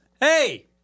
Hey